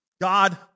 God